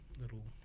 little